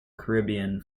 caribbean